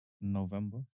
November